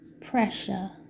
pressure